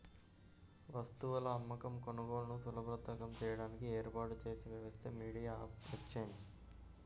వస్తువుల అమ్మకం, కొనుగోలులను సులభతరం చేయడానికి ఏర్పాటు చేసిన వ్యవస్థే మీడియం ఆఫ్ ఎక్సేంజ్